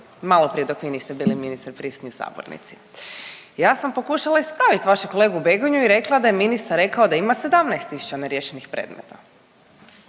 maloprije dok vi niste bili ministre prisutni u sabornici. Ja sam pokušala ispravit vašeg kolegu Begonju i rekla da je ministar rekao da ima 17 tisuća neriješenih predmeta.